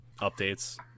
updates